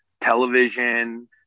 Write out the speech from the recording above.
television